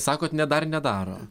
sakot ne dar nedaro